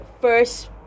first